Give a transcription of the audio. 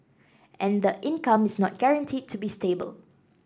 and the income is not guaranteed to be stable